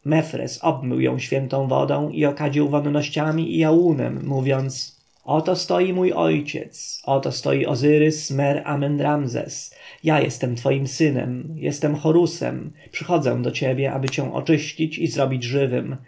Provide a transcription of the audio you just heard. obmył ją świętą wodą i okadził wonnościami i ałunem mówiąc oto stoi mój ojciec oto stoi ozyrys-mer-amen-ramzes ja jestem twoim synem jestem horusem przychodzę do ciebie aby cię oczyścić i zrobić żywym